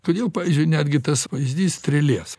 kodėl pavyzdžiui netgi tas pavyzdys strėlės